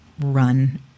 run